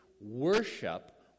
Worship